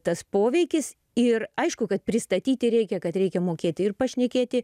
tas poveikis ir aišku kad pristatyti reikia kad reikia mokėti ir pašnekėti